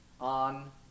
on